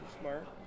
smart